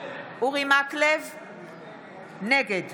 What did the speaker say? נגד